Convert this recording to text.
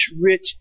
rich